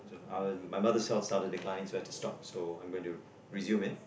uh my mother cells started to decline so I've to stop so I'm going to resume it